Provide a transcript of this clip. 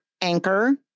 anchor